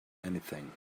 anything